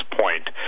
point